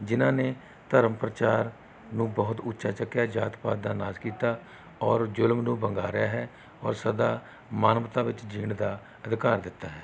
ਜਿਨ੍ਹਾਂ ਨੇ ਧਰਮ ਪ੍ਰਚਾਰ ਨੂੰ ਬਹੁਤ ਉੱਚਾ ਚੱਕਿਆ ਜਾਤ ਪਾਤ ਦਾ ਨਾਸ਼ ਕੀਤਾ ਔਰ ਜ਼ੁਲਮ ਨੂੰ ਵੰਗਾਰਿਆ ਹੈ ਔਰ ਸਦਾ ਮਾਨਵਤਾ ਵਿੱਚ ਜਿਉਣ ਦਾ ਅਧਿਕਾਰ ਦਿੱਤਾ ਹੈ